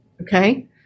Okay